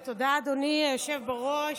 תודה, אדוני היושב-ראש.